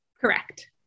Correct